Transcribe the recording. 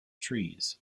trees